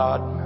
God